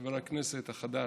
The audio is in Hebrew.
שחבר הכנסת החדש,